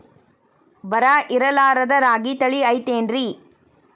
ಬರ ಇರಲಾರದ್ ರಾಗಿ ತಳಿ ಐತೇನ್ರಿ?